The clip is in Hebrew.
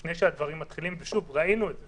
לפני שהדברים מתחילים ושוב, ראינו את זה